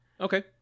Okay